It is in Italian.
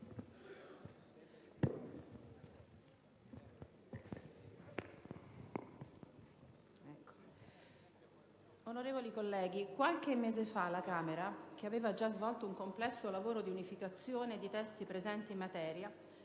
onorevoli colleghi, qualche mese fa la Camera, che aveva già svolto un complesso lavoro di unificazione di testi presenti in materia,